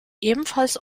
ebenfalls